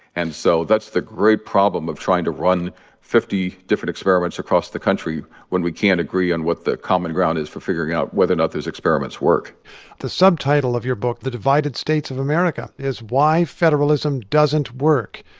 and so that's the great problem of trying to run fifty different experiments across the country when we can't agree on what the common ground is for figuring out whether or not those experiments work the subtitle of your book the divided states of america is why federalism doesn't work.